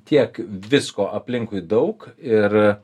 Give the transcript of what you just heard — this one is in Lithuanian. tiek visko aplinkui daug ir